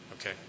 Okay